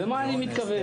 למה אני מתכוון?